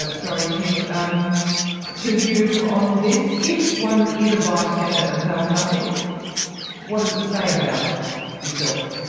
ah sorry tim, um to you on this. if one is a bystander and does nothing what does it say about yourself?